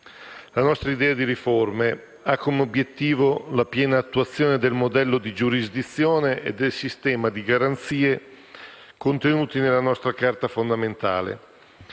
La nostra idea di riforme ha come obiettivo la piena attuazione del modello di giurisdizione e del sistema di garanzie contenuti nella nostra Carta fondamentale.